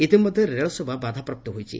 ଇତିମଧ୍ୟରେ ରେଳସେବା ବାଧାପ୍ରାପ୍ତ ହୋଇଛି